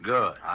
Good